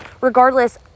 regardless